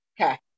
Okay